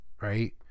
right